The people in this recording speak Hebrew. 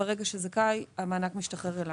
ברגע שהעסק זכאי המענק משתחרר אליו.